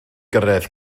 gyrraedd